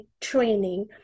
training